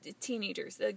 teenagers